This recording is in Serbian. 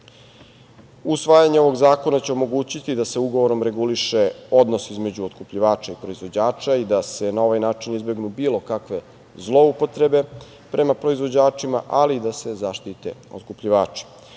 ovog zakona će omogućiti da se ugovorom reguliše odnos između otkupljivača i proizvođača i da se na ovaj način izbegnu bilo kakve zloupotrebe prema proizvođačima, ali i da se zaštite otkupljivači. Cilj